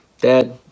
Dad